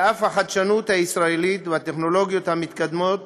על אף החדשנות הישראלית והטכנולוגיות המתקדמות